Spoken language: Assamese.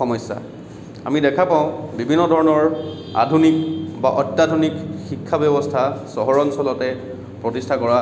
সমস্য়া আমি দেখা পাওঁ বিভিন্ন ধৰণৰ আধুনিক বা অত্য়াধুনিক শিক্ষা ব্য়ৱস্থা চহৰ অঞ্চলতে প্ৰতিষ্ঠা কৰা